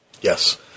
Yes